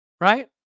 right